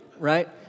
Right